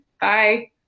Bye